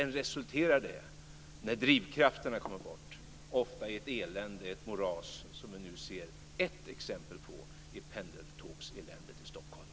När drivkrafterna kommer bort resulterar det sedan ofta i ett elände, i ett moras, som vi nu ser ett exempel på i pendeltågseländet i Stockholm.